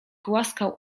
głaskał